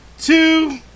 two